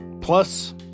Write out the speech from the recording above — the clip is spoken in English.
plus